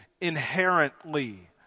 inherently